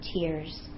tears